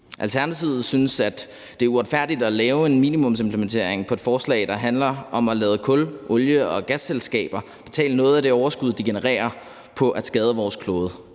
Alternativet synes, at det er uretfærdigt at lave en minimumsimplementering af et forslag, der handler om at lade kul-, olie- og gasselskaber betale noget af det overskud, de genererer på at skade vores klode.